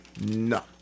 No